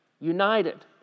united